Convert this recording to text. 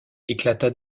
éclata